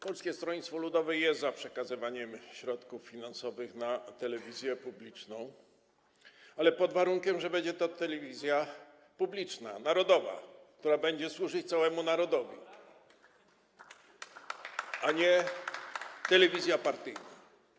Polskie Stronnictwo Ludowe jest za przekazywaniem środków finansowych na telewizją publiczną, ale pod warunkiem, że będzie to telewizja publiczna, narodowa, która będzie służyć całemu narodowi, a nie telewizja partyjna.